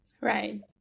Right